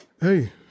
Hey